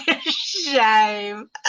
shame